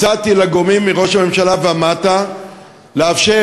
הצעתי לגורמים מראש הממשלה ומטה לאפשר,